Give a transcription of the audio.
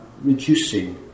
reducing